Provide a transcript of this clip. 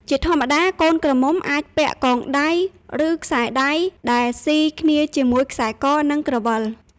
ជាធម្មតាកូនក្រមុំអាចពាក់កងដៃឬខ្សែដៃដែលស៊ីគ្នាជាមួយខ្សែក និង ក្រវិល។